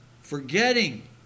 forgetting